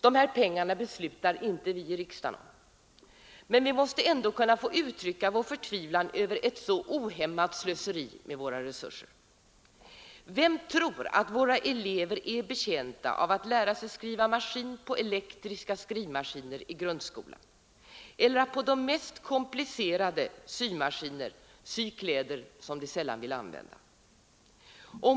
De här pengarna beslutar inte vi i riksdagen om, men vi måste ändå kunna få uttrycka vår förtvivlan över sådant ohämmat slöseri med våra resurser. Vem tror att våra elever är betjänta av att lära sig skriva maskin på elektriska skrivmaskiner i grundskolan eller av att på de mest komplicerade symaskiner sy kläder som de sällan vill använda?